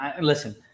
listen